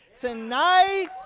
tonight